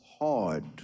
hard